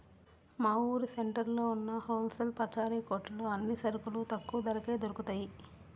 మా ఊరు సెంటర్లో ఉన్న హోల్ సేల్ పచారీ కొట్టులో అన్ని సరుకులు తక్కువ ధరకే దొరుకుతయ్